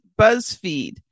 BuzzFeed